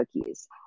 cookies